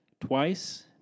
twice